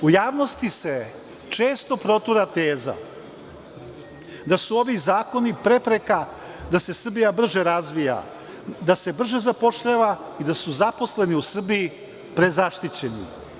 U javnosti se često protura teza da su ovi zakoni prepreka da se Srbija brže razvija, da se brže zapošljava i da su zaposleni u Srbiji prezaštićeni.